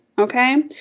Okay